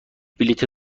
بلیط